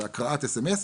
הקראת SMS,